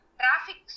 traffic